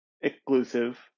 exclusive